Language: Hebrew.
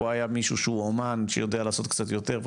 פה היה מישהו שהוא אומן שיודע לעשות קצת יותר,